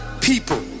people